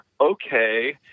okay